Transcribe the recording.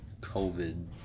COVID